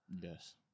Yes